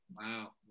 Wow